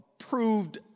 approved